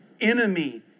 enemy